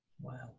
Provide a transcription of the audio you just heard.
Wow